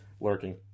lurking